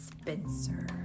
Spencer